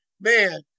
Man